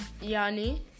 Yanni